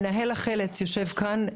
מנהל החל"ץ יושב כאן,